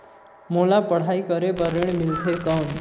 मोला पढ़ाई करे बर ऋण मिलथे कौन?